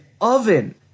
oven